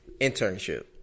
Internship